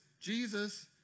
Jesus